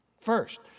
first